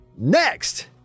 next